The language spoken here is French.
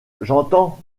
j’entends